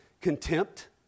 contempt